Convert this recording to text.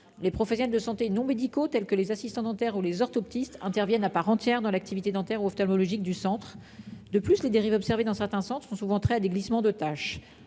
Les professionnels de santé non médicaux tels que les assistants dentaires ou les orthoptistes interviennent à part entière dans l'activité dentaires ou ophtalmologiques du centre. De plus les dérives observées dans certains centres sont souvent très à des glissements de tâches.